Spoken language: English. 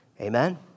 Amen